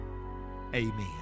Amen